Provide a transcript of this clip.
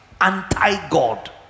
anti-god